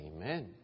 Amen